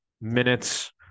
minutes